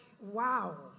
wow